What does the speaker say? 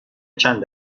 چند